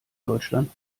deutschland